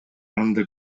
анда